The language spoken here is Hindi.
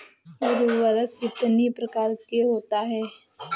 उर्वरक कितनी प्रकार के होता हैं?